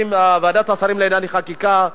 ועדת השרים לענייני חקיקה,